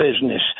business